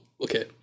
okay